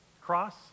Cross